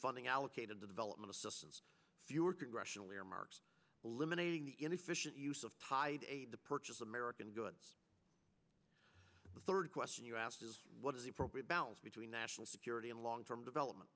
funding allocated to development assistance fewer congressional earmarks eliminating the inefficient use of tied aid to purchase american goods the third question you asked what is the appropriate balance between national security and long term development